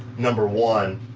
number one,